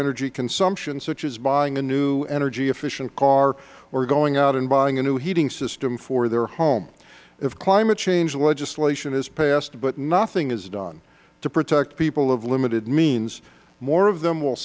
energy consumption such as buying a new energy efficient car or going out and buying a new heating system for their home if climate change legislation is passed but nothing is done to protect people of limited means more of them will